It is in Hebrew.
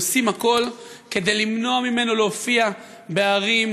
עושים הכול כדי למנוע ממנו להופיע בערים,